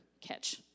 catch